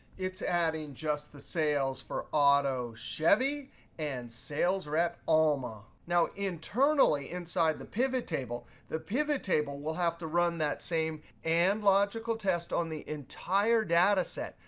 it's adding just the sales for auto chevy and sales rep alma. now, internally, inside the pivot table, the pivot table will have to run that same and logical test on the entire data set.